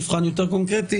מבחן יותר קונקרטי,